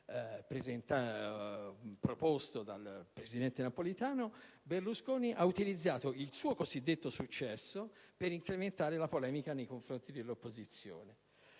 proposto dal presidente Napolitano, Berlusconi ha utilizzato il suo cosiddetto successo per incrementare la polemica nei confronti dell'opposizione.